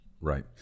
Right